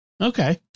Okay